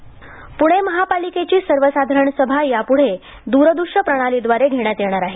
प्णे महापालिकेची सर्वसाधारण सभा याप्ढे द्रदृष्य प्रणालीदवारे घेण्यात येणार आहे